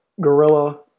Gorilla